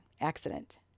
accident